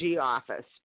office